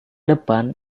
depan